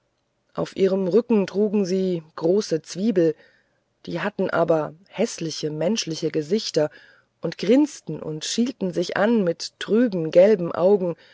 auf ihrem rücken trugen sie große zwiebeln die hatten aber häßliche menschliche gesichter und grinsten und schielten sich an mit trüben gelben augen